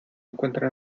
encuentra